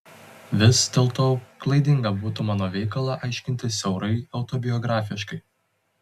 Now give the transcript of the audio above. vis dėlto klaidinga būtų mano veikalą aiškinti siaurai autobiografiškai